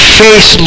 face